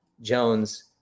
Jones